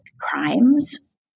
crimes